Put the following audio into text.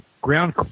ground